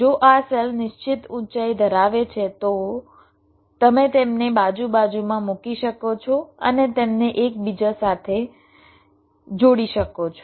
જો આ સેલ નિશ્ચિત ઊંચાઈ ધરાવે છે તો તમે તેમને બાજુ બાજુમાં મૂકી શકો છો અને તેમને એકસાથે જોડી શકો છો